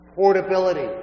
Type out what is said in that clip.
Portability